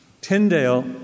Tyndale